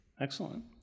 Excellent